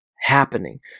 happening